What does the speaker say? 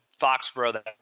Foxborough